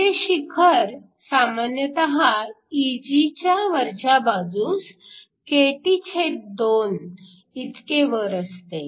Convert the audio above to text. त्याचे शिखर सामान्यतः Eg च्या वरच्या बाजूस kT2 इतके वर असते